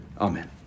Amen